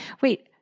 wait